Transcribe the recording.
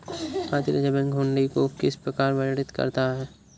भारतीय Reserve Bank hundi को किस प्रकार वर्णित करता है?